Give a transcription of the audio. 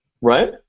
Right